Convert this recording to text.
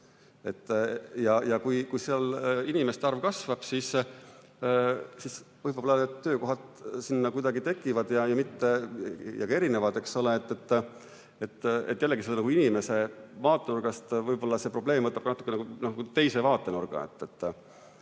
Ja kui seal inimeste arv kasvab, siis võib-olla need töökohad sinna kuidagi tekivad ja isegi erinevad, eks ole. Jällegi, inimese seisukohast võib-olla see probleem võtab natukene teise vaatenurga.